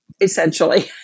essentially